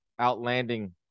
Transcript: outlanding